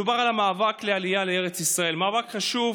מדובר על המאבק לעלייה לארץ ישראל, מאבק חשוב,